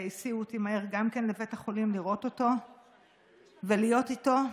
והסיעו אותי מהר לבית החולים לראות אותו ולהיות אותו.